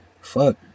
Fuck